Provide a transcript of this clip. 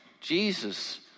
Jesus